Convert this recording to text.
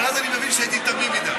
אבל אז אני מבין שהייתי תמים מדי.